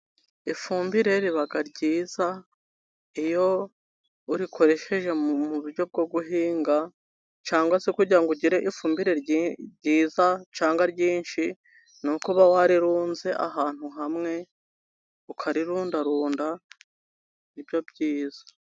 Ifumbire riba ryiza iyo urikoresheje mu buryo bwo guhinga, cyangwa se kugira ngo ugire ifumbire ryiza cyangwa ryinshi, ni uko uba warunze ahantu hamwe, ukarirundarunda nibyo byiza.